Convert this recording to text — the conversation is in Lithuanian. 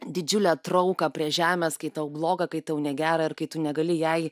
didžiulę trauką prie žemės kai tau bloga kai tau negera ir kai tu negali jai